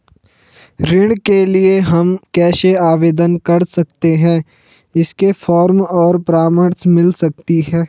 ऋण के लिए हम कैसे आवेदन कर सकते हैं इसके फॉर्म और परामर्श मिल सकती है?